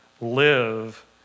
Live